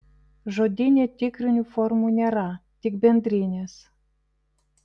žodyne tikrinių formų nėra tik bendrinės